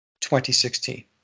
2016